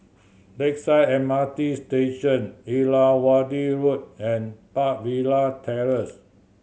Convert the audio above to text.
Lakeside M R T Station Irrawaddy Road and Park Villa Terrace